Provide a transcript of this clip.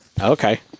Okay